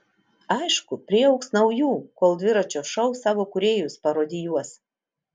aišku priaugs naujų kol dviračio šou savo kūrėjus parodijuos